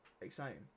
Exciting